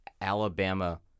Alabama